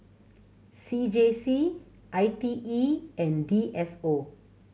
C J C I T E and D S O